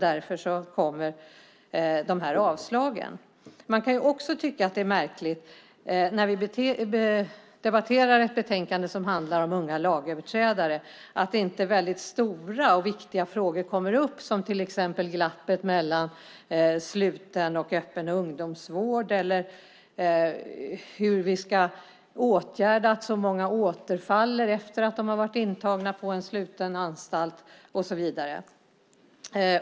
Därför kommer de här avstyrkandena. Man kan tycka att det är märkligt när vi debatterar ett betänkande som handlar om unga lagöverträdare att inte vissa väldigt stora och viktiga frågor kommer upp, som till exempel glappet mellan sluten och öppen ungdomsvård, hur vi ska åtgärda att så många återfaller efter att de har varit intagna på en sluten anstalt och så vidare.